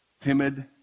Timid